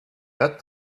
that